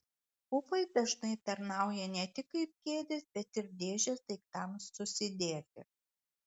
pufai dažnai tarnauja ne tik kaip kėdės bet ir dėžės daiktams susidėti